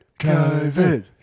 COVID